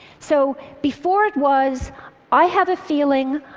so before it was i have a feeling,